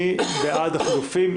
מי בעד החילופין?